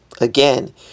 Again